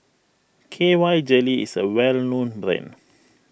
K Y Jelly is a well known brand